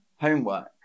homework